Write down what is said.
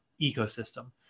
ecosystem